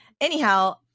Anyhow